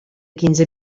quinze